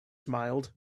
smiled